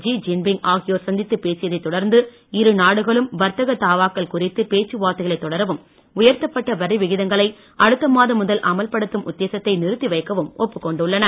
G Jinping ஆகியோர் சந்தித்துப் பேசியதைத் தொடர்ந்து இரு நாடுகளும் வர்த்தக தாபாக்கள் குறித்து பேச்சுவார்த்தைகளைத் தொடரவும் உயர்த்தப்பட்ட வரி விகிதங்களை அடுத்த மாதம் முதல் அமல்படுத்தும் உத்தேசத்தை நிறுத்தி வைக்கவும் ஒப்புக் கொண்டுள்ளன